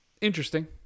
interesting